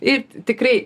ir tikrai